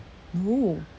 no